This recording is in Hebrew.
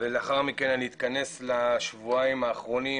ולאחר מכן נתכנס לשבועיים האחרונים,